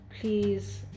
please